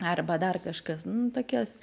arba dar kažkas nu tokios